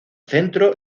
centro